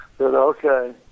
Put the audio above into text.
Okay